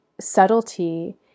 subtlety